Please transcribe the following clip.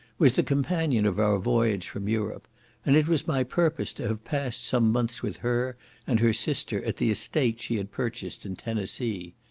was the companion of our voyage from europe and it was my purpose to have passed some months with her and her sister at the estate she had purchased in tennessee.